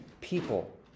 people